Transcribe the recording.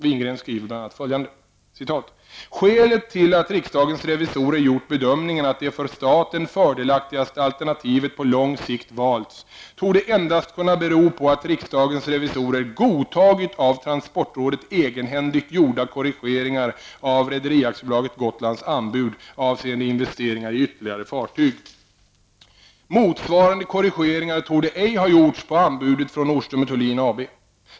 Wingren skriver bl.a. ''Skälet till att riksdagens revisorer gjort bedömningen att det för staten fördelaktigaste alternativet på lång sikt valts torde endast kunna bero på att riksdagens revisorer godtagit av transportrådet egenhändigt gjorda korrigeringar av Motsvarande korrigeringar torde ej ha gjorts på anbudet från Nordström & Thulin AB.